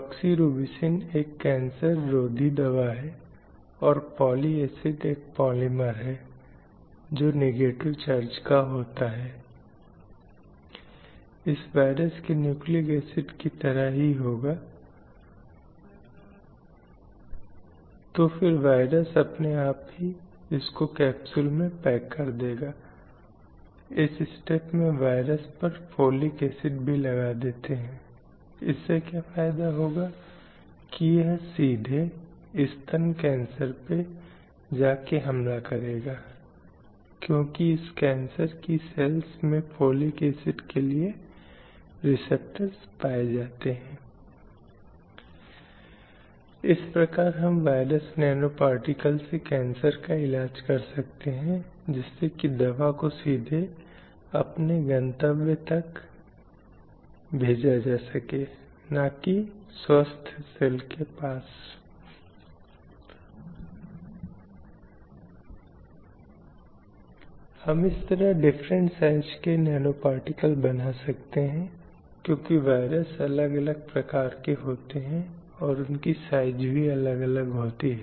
वे जन्म से गृहिणी हैं इसलिए स्वाभाविक रूप से बच्चों की देखभाल सभी घरेलू गतिविधियों का ध्यान रखना खाना बनाना आदि महिलाओं को स्वाभाविक रूप से आना चाहिए और पुरुष वास्तव में उन के अनुकूल नहीं होते हैं इसलिए यदि कोई पुरुष इस काम में प्रवेश करता है तो आम तौर पर हंसी उडाई जाती है और एक आम तौर पर महज इस तथ्य के लिए उसे नीचे देखा जाता है कि यह एक अमुख्य गतिविधि है या एक गौण गतिविधि है और केवल महिलाओं को ही वह गतिविधि करने की जरूरत है इसलिए आप जो देखते हैं वह एक लिंगवाद या एक पूर्वाग्रही विश्वास है जो समाज के हर वर्ग में व्याप्त है परिवार से शुरू होता है और यह आगे और आगे बढ़ता है और समाज के हर स्तर पर हर वर्ग को अनुमति देता है